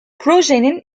projenin